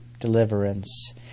deliverance